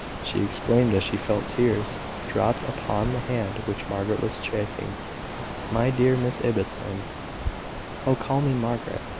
she exclaimed as she felt tears drop upon the hand which margaret was chafing my dear miss ibbotson oh! call me margaret!